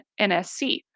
NSC